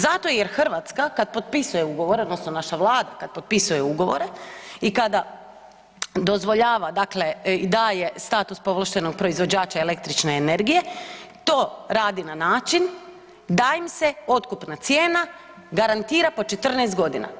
Zato jer Hrvatska, kad potpisuje ugovore, odnosno naša Vlada kad potpisuje ugovore i kada dozvoljava dakle i daje status povlaštenog proizvođača električne energije, to radi na način da im se otkupna cijena garantira po 14 godina.